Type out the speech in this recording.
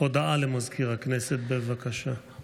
הישיבה המאה-ושלושים-ושתיים של הכנסת העשרים-וחמש יום שני,